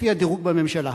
לפי הדירוג בממשלה.